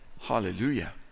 Hallelujah